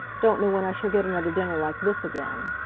don't know when i shall get another dinner like this again.